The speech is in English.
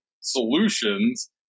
solutions